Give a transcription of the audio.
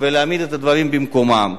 ולהעמיד את הדברים במקומם.